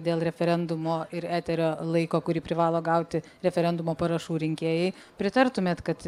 dėl referendumo ir eterio laiko kurį privalo gauti referendumo parašų rinkėjai pritartumėt kad